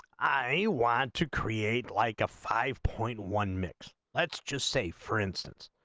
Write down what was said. i you want to create like a five point one mix let's just say for instance